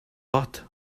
but